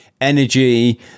energy